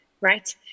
right